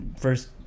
first